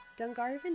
Dungarvan